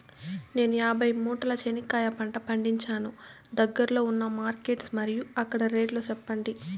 నేను యాభై మూటల చెనక్కాయ పంట పండించాను దగ్గర్లో ఉన్న మార్కెట్స్ మరియు అక్కడ రేట్లు చెప్పండి?